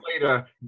later